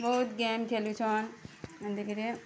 ବହୁତ୍ ଗେମ୍ ଖେଳୁଛନ୍ ଏନ୍ତିକିରି